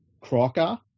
Crocker